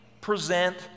present